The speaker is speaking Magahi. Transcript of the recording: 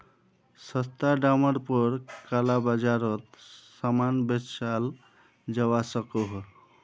सस्ता डामर पोर काला बाजारोत सामान बेचाल जवा सकोह